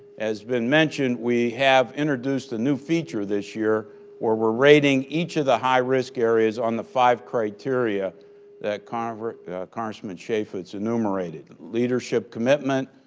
as been mentioned, we have introduced a new feature this year where we're rating each of the high risk areas on the five criteria that kind of congressman chaffetz enumerated. leadership commitment,